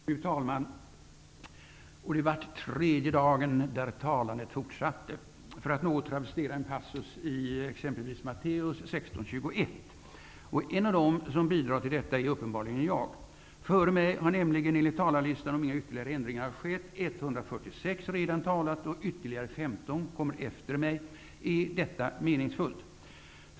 Fru talman! Och det vart tredje dagen där talandet fortsatte -- för att något travestera en passus i Matteus 16:21. En av dem som bidrar till detta är uppenbarligen jag. Före mig har nämligen enligt talarlistan, om inga ytterligare ändringar skett, 146 ledamöter redan talat och ytterligare 15 kommer efter mig. Är detta meningsfullt?